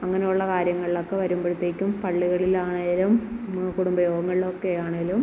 അങ്ങനെ ഉള്ള കാര്യങ്ങൾ ഒക്കെ വരുമ്പഴത്തേക്കും പള്ളികളിലാണേലും ആ കുടുംബയോഗങ്ങളിൽ ഒക്കെ ആണേലും